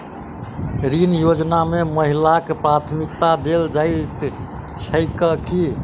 ऋण योजना मे महिलाकेँ प्राथमिकता देल जाइत छैक की?